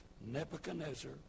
Nebuchadnezzar